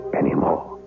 ...anymore